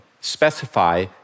specify